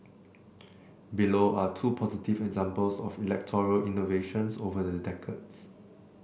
below are two positive examples of electoral innovations over the decades